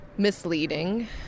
misleading